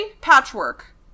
Patchwork